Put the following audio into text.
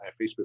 Facebook